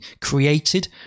created